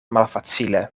malfacile